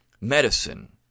medicine